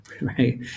right